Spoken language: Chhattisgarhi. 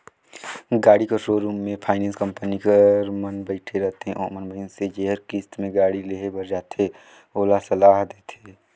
गाड़ी कर सोरुम में फाइनेंस कंपनी कर मन बइठे रहथें ओमन मइनसे जेहर किस्त में गाड़ी लेहे बर जाथे ओला सलाह देथे